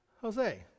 Jose